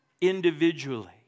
individually